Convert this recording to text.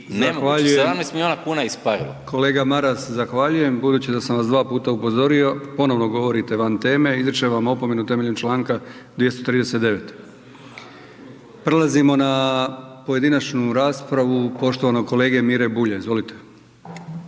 …nemoguće, 17 milijuna kuna je isparilo.